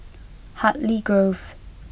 Hartley Grove